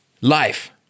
life